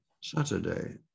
Saturday